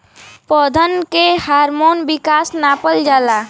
पौधन के हार्मोन विकास नापल जाला